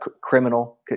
criminal